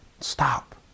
Stop